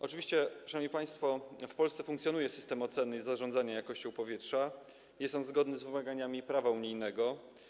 Oczywiście, szanowni państwo, w Polsce funkcjonuje system oceny i zarządzania jakością powietrza, który jest zgodny z wymaganiami prawa unijnego.